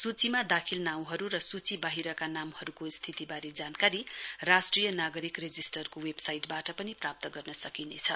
सूचीमा दाखिल नाउँहरु र सूची वाहिरका नामहरुको स्थितिवारे राष्ट्रिय नागरिक रेजिष्टरको वेबसाइट वाट पनि प्राप्त गर्न सकिनेछ